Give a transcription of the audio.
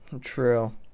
True